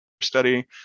study